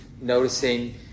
noticing